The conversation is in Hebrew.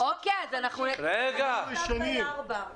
אז זאת סתם אמירה שאין לה בסיס.